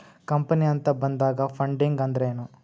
Company ಅಂತ ಬಂದಾಗ funding ಅಂದ್ರೆನು?